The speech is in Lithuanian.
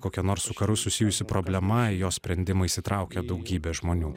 kokia nors su karu susijusi problema į jos sprendimą įsitraukia daugybė žmonių